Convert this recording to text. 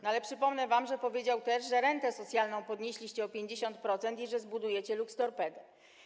No, ale przypomnę wam, że powiedział też, że rentę socjalną podnieśliście o 50% i że zbudujecie lukstorpedę.